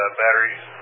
batteries